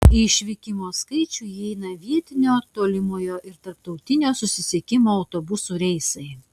į išvykimo skaičių įeina vietinio tolimojo ir tarptautinio susisiekimų autobusų reisai